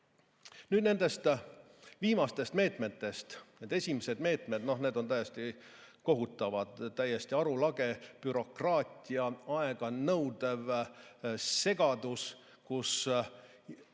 Nüüd nendest viimastest meetmetest. Esimesed meetmed on täiesti kohutavad, täiesti arulage bürokraatia, aeganõudev segadus.